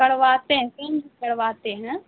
کرواتے ہیں کرواتے ہیں